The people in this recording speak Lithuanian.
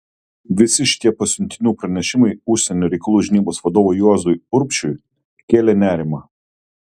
visi šitie pasiuntinių pranešimai užsienio reikalų žinybos vadovui juozui urbšiui kėlė nerimą